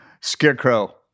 Scarecrow